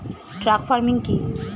Truck farming কি?